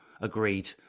agreed